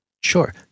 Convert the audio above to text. Sure